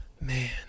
Man